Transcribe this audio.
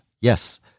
Yes